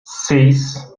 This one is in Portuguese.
seis